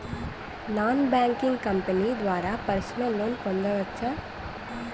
Non banking company ద్వారా personal loan పొందవచ్చా?